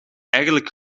eigenlijk